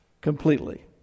completely